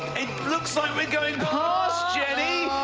it looks like we're going past jennie.